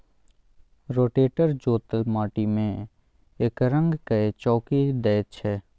rotator जोतल माटि मे एकरंग कए चौकी दैत छै